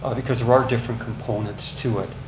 because there are different components to it.